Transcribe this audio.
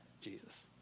Jesus